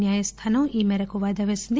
న్యాయస్థానం ఈ మేరకు వాయిదా పేసింది